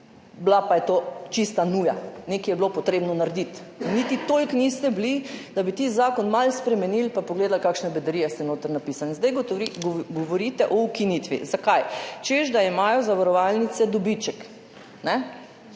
bila pa je to čista nuja, nekaj je bilo potrebno narediti. Niti toliko niste bili, da bi tisti zakon malo spremenili pa pogledali, kakšne bedarije ste noter napisali, in zdaj govorite o ukinitvi. Zakaj? Češ da imajo zavarovalnice dobiček.